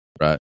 right